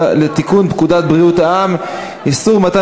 לתיקון פקודת בריאות העם (איסור מתן